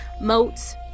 moats